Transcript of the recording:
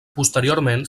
posteriorment